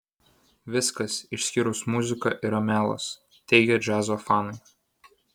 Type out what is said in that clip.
viskas išskyrus muziką yra melas teigia džiazo fanai